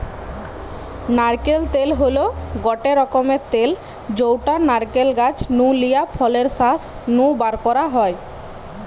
নারকেল তেল হল গটে রকমের তেল যউটা নারকেল গাছ নু লিয়া ফলের শাঁস নু বারকরা হয়